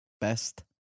Best